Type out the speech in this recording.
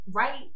right